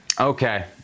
Okay